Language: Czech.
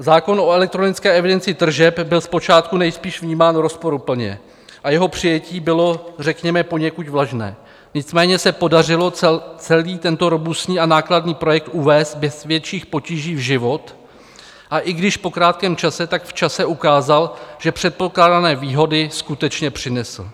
Zákon o elektronické evidenci tržeb byl zpočátku nejspíš vnímán rozporuplně a jeho přijetí bylo řekněme poněkud vlažné, nicméně se podařilo celý tento robustní a nákladný projekt uvést bez větších potíží v život, a i když po krátkém čase, tak v čase ukázal, že předpokládané výhody skutečně přinesl.